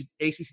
ACC